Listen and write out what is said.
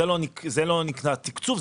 זה לא נקרא תקצוב.